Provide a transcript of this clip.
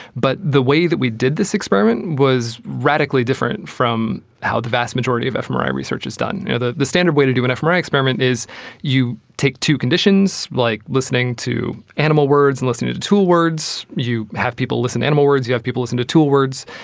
but the way that we did this experiment was radically different from how the vast majority of fmri research is done. yeah the the standard way to do an fmri experiment is you take two conditions, like listening to animal words and listening to to tool words, you have people listen to animal words, you have people listen to tool words,